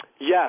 Yes